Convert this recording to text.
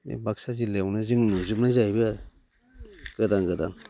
बे बाक्सा जिल्लायावनो जों नुजोबनाय जाहैबाय आरो गोदान गोदान